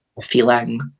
feeling